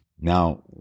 Now